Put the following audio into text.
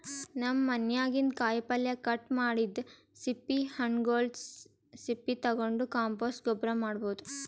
ನಮ್ ಮನ್ಯಾಗಿನ್ದ್ ಕಾಯಿಪಲ್ಯ ಕಟ್ ಮಾಡಿದ್ದ್ ಸಿಪ್ಪಿ ಹಣ್ಣ್ಗೊಲ್ದ್ ಸಪ್ಪಿ ತಗೊಂಡ್ ಕಾಂಪೋಸ್ಟ್ ಗೊಬ್ಬರ್ ಮಾಡ್ಭೌದು